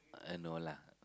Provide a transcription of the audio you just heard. eh no lah